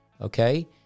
okay